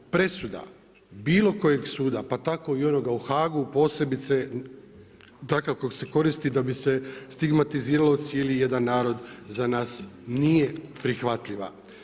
Presuda bilo kojeg suda pa tako i onoga u HAGG-u, posebice takav kakav se koriste, da bi se stigmatizirao cijeli jedan narod, za nas nije prihvatljiva.